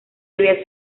había